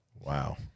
Wow